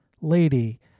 lady